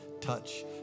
touch